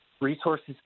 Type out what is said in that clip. resources